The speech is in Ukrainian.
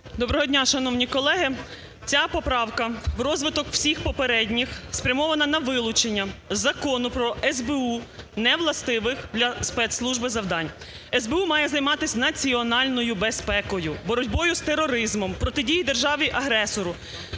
Доброго дня, шановні колеги. Ця поправка в розвиток всіх попередніх спрямована на вилучення Закону про СБУ невластивих для спецслужб завдань. СБУ має займатись національною безпекою, боротьбою з тероризмом, протидії державі-агресору.